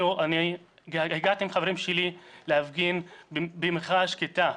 הגעתי עם חברים שלי להפגין במחאה שקטה,